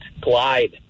glide